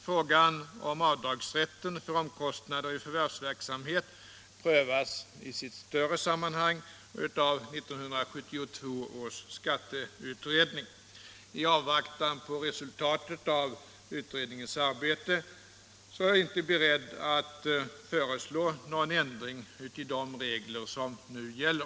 Frågan om avdragsrätten för omkostnader i förvärvsverksamhet prövas i sitt större sammanhang av 1972 års skatteutredning. I avvaktan på resultat av utredningens arbete är jag inte beredd att föreslå någon ändring i de regler som nu gäller.